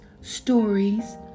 Stories